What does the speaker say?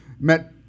met